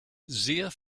sehr